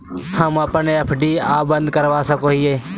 हम अप्पन एफ.डी आ बंद करवा सको हियै